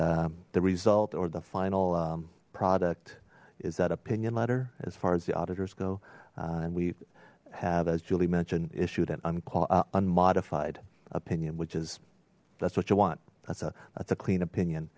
and the result or the final product is that opinion letter as far as the auditors go and we have as julie mentioned issued an unmodified opinion which is that's what you want that's a that's a clean opinion